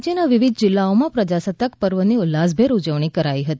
રાજ્યના વિવિધ જિલ્લાઓમાં પ્રજાસત્તાક પર્વની ઉલ્લાસભેર ઉજવણી કરાઈ હતી